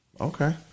Okay